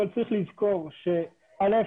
אבל צריך לזכור ש-א',